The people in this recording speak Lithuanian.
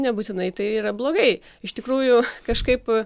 nebūtinai tai yra blogai iš tikrųjų kažkaip